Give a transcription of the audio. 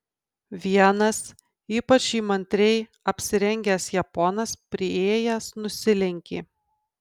vienas ypač įmantriai apsirengęs japonas priėjęs nusilenkė